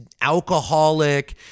alcoholic